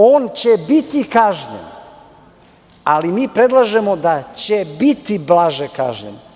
On će biti kažnjen, ali mi predlažemo da će biti blaže kažnjen.